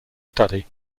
study